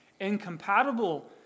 incompatible